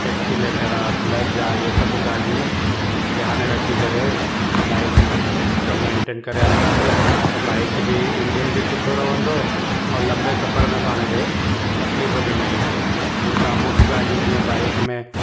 accelerator आहे clutch आहे इहे सभु ॻाल्हियूं ध्यानु रखी करे बाइक जो मैंटेन करे हलंदासीं त बाइक बि इंजन बि सुठो रहंदो ऐं लंबे सफ़र में पाण खे तकलीफ़ बि न ईंदी ॿियों तव्हां मुख्य ॻाल्हियूं जीअं बाइक में